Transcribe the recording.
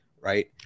right